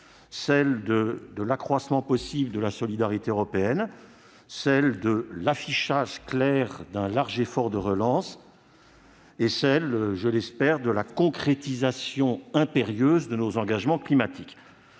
donne : accroissement possible de la solidarité européenne ; affichage clair d'un large effort de relance ; et, je l'espère, concrétisation, impérieuse, de nos engagements climatiques.